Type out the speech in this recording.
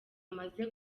amaze